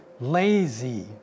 lazy